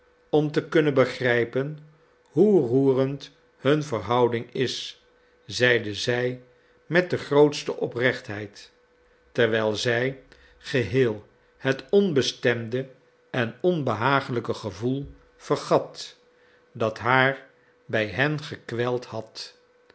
om te kunnen begrijpen hoe roerend hun verhouding is zeide zij met de grootste oprechtheid terwijl zij geheel het onbestemde en onbehagelijke gevoel vergat dat haar bij hen gekweld had